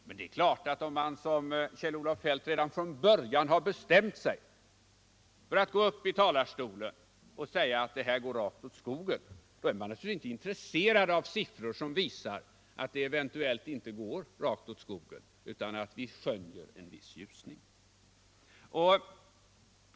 Men om man som Kjell-Olof Feldt redan från början har bestämt sig för att gå upp i talarstolen och säga att det här går rakt åt skogen, då är man naturligtvis inte intresserad av siffror som visar att det eventuellt inte går åt skogen utan att vi faktiskt skönjer en viss ljusning.